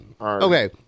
Okay